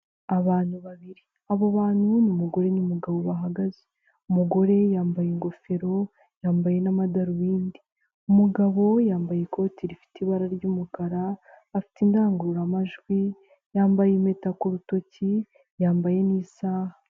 Abantu babiri; abo bantu ni umugore n'umugabo bahagaze; umugore yambaye ingofero, yambaye n'amadarubindi. Umugabo yambaye ikoti rifite ibara ry'umukara, afite indangururamajwi, yambaye impeta ku rutoki, yambaye n'isaha.